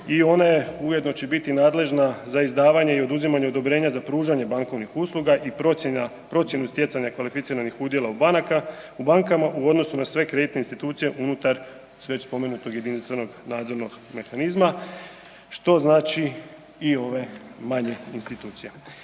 i ona će ujedno biti nadležna za izdavanje i oduzimanje odobrenja za pružanje bankovnih usluga i procjenu stjecanja kvalificiranih udjela u bankama u odnosu na sve kreditne institucije unutar već spomenutog jedinstvenog nadzornog mehanizma, što znači i ove manje institucije.